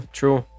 true